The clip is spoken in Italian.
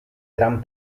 gran